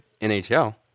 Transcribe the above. NHL